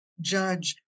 judge